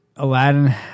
aladdin